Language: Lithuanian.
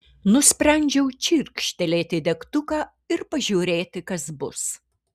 nusprendžiau čirkštelėti degtuką ir pažiūrėti kas bus